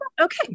Okay